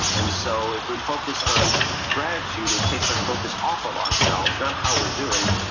and so if we focus on gratitude, it takes our focus off of ourselves, not how we're doing,